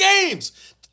games